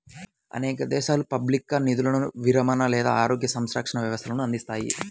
అనేక దేశాలు పబ్లిక్గా నిధులతో విరమణ లేదా ఆరోగ్య సంరక్షణ వ్యవస్థలను అందిస్తాయి